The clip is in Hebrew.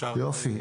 יופי,